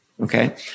Okay